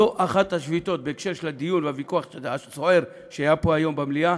זו אחת השביתות בהקשר של הדיור והוויכוח הסוער שהיה פה היום במליאה.